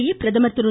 இதனிடையே பிரதமர் திரு